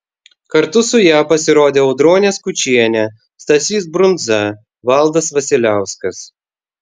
kartu su ja pasirodė audronė skučienė stasys brundza valdas vasiliauskas